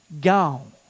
gone